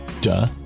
Duh